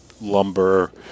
lumber